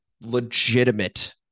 legitimate